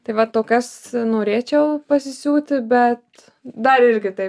tai va tokios norėčiau pasisiūti bet dar irgi taip